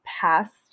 past